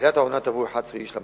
מתחילת העונה טבעו 11 איש למוות.